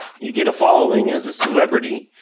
you get a following as a celebrity,